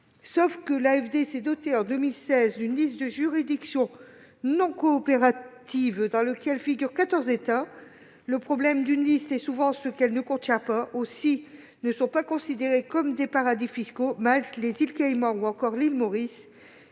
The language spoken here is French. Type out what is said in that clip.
Certes, l'AFD s'est dotée en 2016 d'une liste de juridictions non coopératives dans laquelle figurent 14 États, mais le problème d'une liste, c'est souvent ce qu'elle ne contient pas ! Ainsi ne sont pas considérées comme des paradis fiscaux la République de Malte, les îles Caïmans ou encore l'île Maurice.